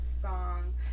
song